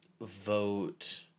vote